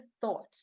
thought